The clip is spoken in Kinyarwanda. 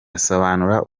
asobanura